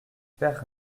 pere